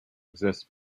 exists